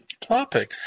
topic